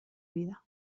vida